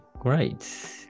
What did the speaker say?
great